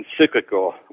encyclical